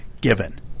given